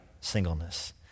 singleness